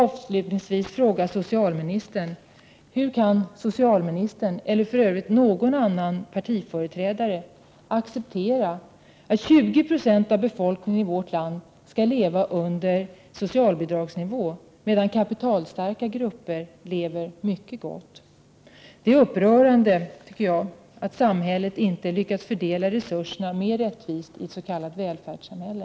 Avslutningsvis vill jag fråga socialministern: Hur kan socialministern, eller för övrigt någon annan företrädare för det socialdemokratiska partiet, acceptera att 20 20 av befolkningen i vårt land skall behöva leva under socialbidragsnivån, medan kapitalstarka grupper lever mycket gott? Jag tycker att det är upprörande att samhället inte har lyckats fördela resurserna mera rättvist i ett s.k. välfärdssamhälle.